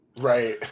Right